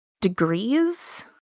degrees